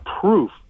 proof